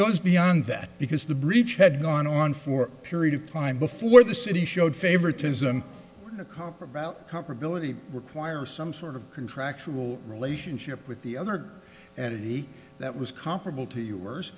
goes beyond that because the breach had gone on for a period of time before the city showed favoritism comparable comparability require some sort of contractual relationship with the other and that was comparable to you